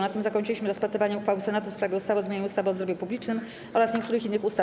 Na tym zakończyliśmy rozpatrywanie uchwały Senatu w sprawie ustawy o zmianie ustawy o zdrowiu publicznym oraz niektórych innych ustaw.